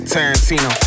Tarantino